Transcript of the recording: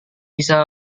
bisa